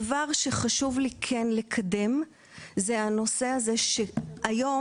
דבר שחשוב לי לקדם הוא הנושא שהיום,